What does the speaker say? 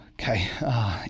Okay